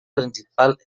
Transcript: principal